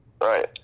Right